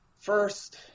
first